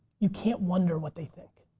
you can't wonder what they think.